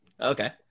Okay